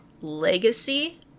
legacy